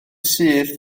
syth